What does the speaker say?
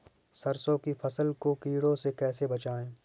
सरसों की फसल को कीड़ों से कैसे बचाएँ?